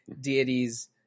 deities